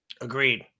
Agreed